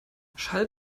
schall